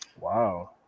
Wow